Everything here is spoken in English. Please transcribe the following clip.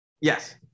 Yes